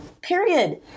Period